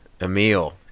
Emil